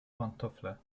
pantofle